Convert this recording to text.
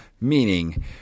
meaning